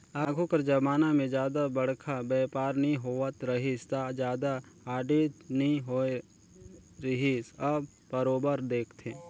आघु कर जमाना में जादा बड़खा बयपार नी होवत रहिस ता जादा आडिट नी होत रिहिस अब बरोबर देखथे